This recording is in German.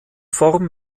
form